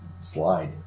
slide